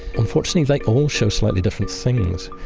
unfortunately, they all show slightly different things.